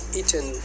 eaten